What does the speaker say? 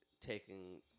taking –